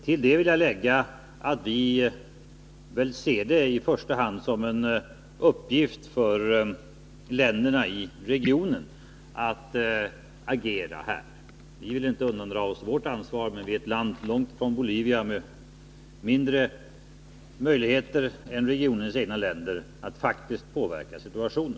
Till detta vill jag lägga, att vi ser det som en uppgift för i första hand länderna i regionen att agera i detta sammanhang. Vi vill inte undandra oss vårt ansvar, men vi är ett land långt ifrån Bolivia, med mindre möjligheter än regionens egna länder att faktiskt påverka situationen.